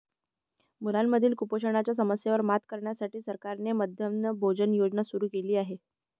मुलांमधील कुपोषणाच्या समस्येवर मात करण्यासाठी सरकारने मध्यान्ह भोजन योजना सुरू केली आहे